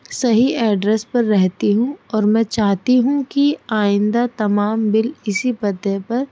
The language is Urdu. صحیح ایڈریس پر رہتی ہوں اور میں چاہتی ہوں کہ آئندہ تمام بل اسی پتے پر